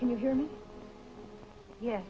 can you hear me yes